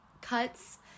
cuts